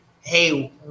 hey